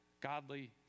godly